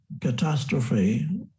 catastrophe